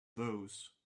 those